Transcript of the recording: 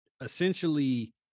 essentially